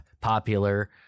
popular